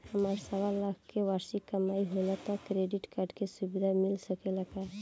हमार सवालाख के वार्षिक कमाई होला त क्रेडिट कार्ड के सुविधा मिल सकेला का?